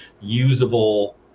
usable